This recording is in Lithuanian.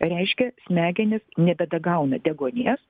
reiškia smegenys nebedagauna deguonies